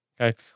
Okay